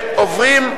נציבות שוויון זכויות,